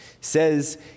says